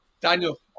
Daniel